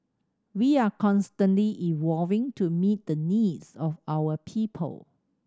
we are constantly evolving to meet the needs of our people